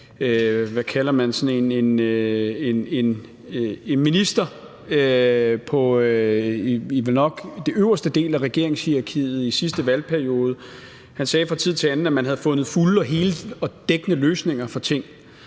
partifælle, som også var minister i vel nok den øverste del af regeringenshierarkiet i sidste valgperiode. Han sagde fra tid til anden, at man havde fundet fulde, hele og dækkende løsninger for ting.